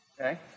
Okay